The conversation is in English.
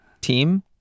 Team